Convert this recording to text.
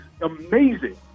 amazing